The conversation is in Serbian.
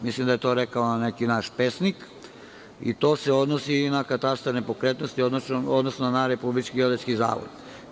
Mislim da je to rekao neki naš pesnik i to se odnosi i na katastar nepokretnosti, odnosno Republički geodetski zavod.